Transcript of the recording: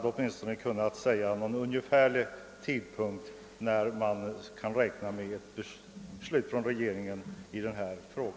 de människor, som är beroende av statsmakternas beslut i detta fall, om statsrådet hade kunnat säga någon ungefärlig tidpunkt när man kan räkna med beslut från regeringen i denna fråga.